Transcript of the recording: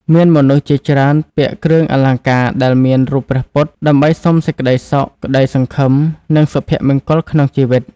មានមនុស្សជាច្រើនពាក់គ្រឿងអលង្ការដែលមានរូបព្រះពុទ្ធ ដើម្បីសុំសេចក្ដីសុខ ក្តីសង្ឃឹម និងសុភមង្គលក្នុងជីវិត។